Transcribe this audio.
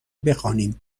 بخوانیم